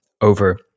over